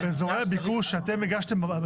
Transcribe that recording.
באזורי הביקוש הצגתם